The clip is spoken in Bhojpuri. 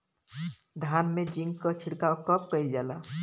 धान में जिंक क छिड़काव कब कइल जाला?